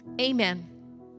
Amen